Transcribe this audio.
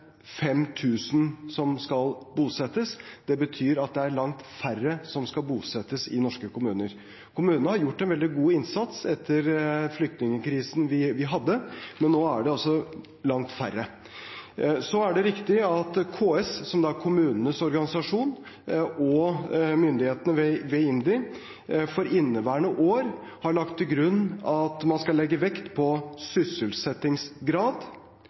som skal bosettes. Det betyr at det er langt færre som skal bosettes i norske kommuner. Kommunene har gjort en veldig god innsats etter flyktningkrisen vi hadde, men nå er det altså langt færre. Så er det riktig at KS, som er kommunenes organisasjon, og myndighetene, ved IMDi, for inneværende år har lagt til grunn at man skal legge vekt på sysselsettingsgrad,